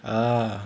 ah